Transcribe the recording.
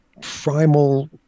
primal